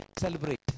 celebrate